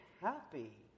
happy